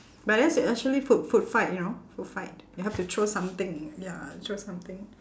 but that's actually food food fight you know food fight you have to throw something ya throw something